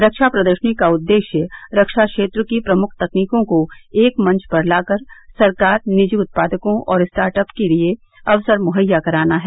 रक्षा प्रदर्शनी का उदेश्य रक्षा क्षेत्र की प्रमुख तकनीकों को एक मंच पर लाकर सरकार निजी उत्पादकों और स्टार्ट अप के लिये अवसर मुहैया कराना है